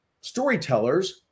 storytellers